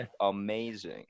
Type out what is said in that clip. amazing